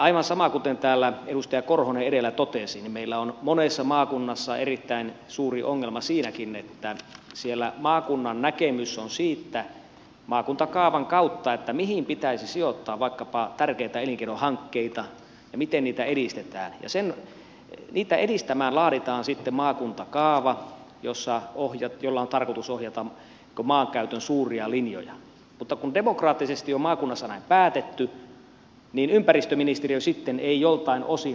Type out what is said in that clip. aivan kuten täällä edustaja korhonen edellä totesi meillä on monessa maakunnassa erittäin suuri ongelma siinäkin että siellä maakunnan näkemys on maakuntakaavan kautta siitä mihin pitäisi sijoittaa vaikkapa tärkeitä elinkeinohankkeita ja miten niitä edistetään ja niitä edistämään laaditaan sitten maakuntakaava jolla on tarkoitus ohjata maankäytön suuria linjoja mutta kun demokraattisesti on maakunnassa näin päätetty niin ympäristöministeriö sitten ei joltain osin lähde vahvistamaan sitä kaavaa